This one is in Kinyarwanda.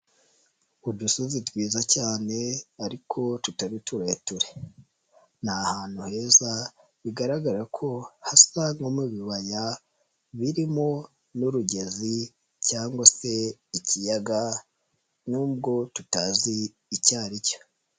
Udusozi twiza cyane ariko tutari tureture, ni ahantu heza bigaragara ko hasa nko mu bibaya birimo n'urugezi cyangwa se ikiyaga nubwo tutazi icyo ari cyo.